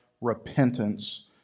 repentance